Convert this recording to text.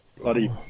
bloody